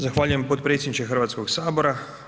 Zahvaljujem potpredsjedniče Hrvatskog sabora.